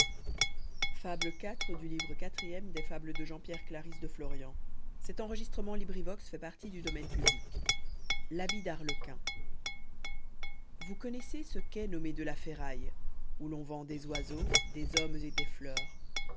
d'arlequin v ous connoissez ce quai nommé de la ferraille où l'on vend des oiseaux des hommes et des fleurs